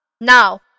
Now